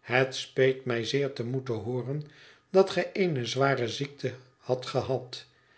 het speet mij zeer te moeten hooren dat gij eene zware ziekte hadt gehad